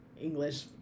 English